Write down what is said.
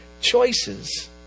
choices